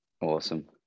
Awesome